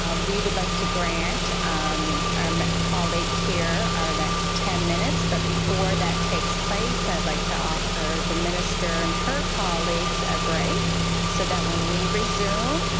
ah we would like to grant um our colleague here our next ten minute, but before that takes place, i would like to offer the minister and her colleagues a break so that when we resume,